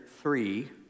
three